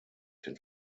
den